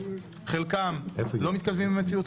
חלקם לא מתכתבים עם המציאות,